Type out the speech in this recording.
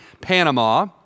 Panama